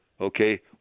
Okay